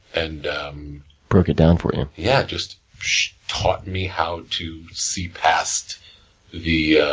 and broke it down for you. yeah. just taught me how to see past the yeah